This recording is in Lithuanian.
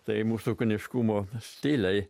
tai mūsų kūniškumo stiliai